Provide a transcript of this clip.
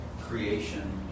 creation